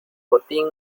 botín